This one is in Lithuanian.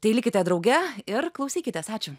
tai likite drauge ir klausykitės ačiū